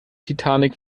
titanic